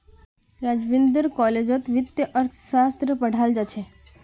राघवेंद्र कॉलेजत वित्तीय अर्थशास्त्र पढ़ाल जा छ